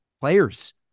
players